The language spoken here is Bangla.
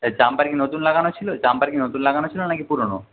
জাম্পার কি নতুন লাগানো ছিল জাম্পার কি নতুন লাগানো ছিল না কি পুরনো